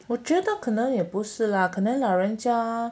我觉得可能也不是 lah 可能老人家